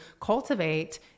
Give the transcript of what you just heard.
cultivate